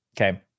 Okay